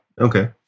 Okay